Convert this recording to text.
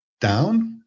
down